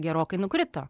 gerokai nukrito